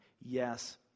Yes